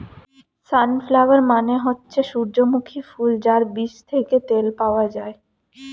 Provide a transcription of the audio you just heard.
sunflower মানে হচ্ছে সূর্যমুখী ফুল যার বীজ থেকে তেল পাওয়া যায়